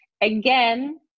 again